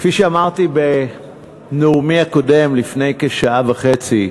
כפי שאמרתי בנאומי הקודם, לפני כשעה וחצי,